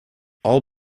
all